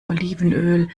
olivenöl